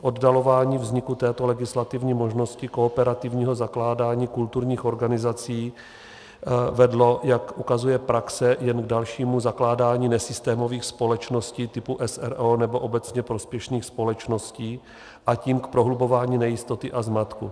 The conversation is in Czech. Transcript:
Oddalování vzniku této legislativní možnosti kooperativního zakládání kulturních organizací vedlo, jak ukazuje praxe, jen k dalšímu zakládání nesystémových společností typu s. r. o. nebo obecně prospěšných společností, a tím k prohlubování nejistoty a zmatku.